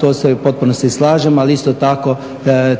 to se u potpunosti slažem ali isto tako